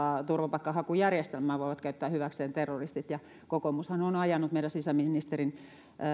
turvapaikanhakujärjestelmää voivat käyttää hyväkseen terroristit kokoomushan on ajanut meidän sisäministerimme